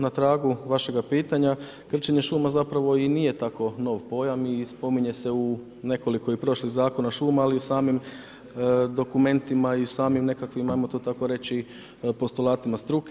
Na tragu vašega pitanja, krčenje šuma zapravo i nije tako nov pojam i spominje se u nekoliko i prošlih zakona šuma, ali i samim dokumentima i samim nekakvim, ajmo to tako reći, postulatima struke.